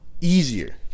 easier